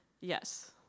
yes